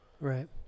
Right